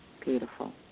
Beautiful